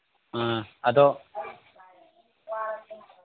ꯑꯥ ꯑꯗꯣ